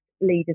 leaders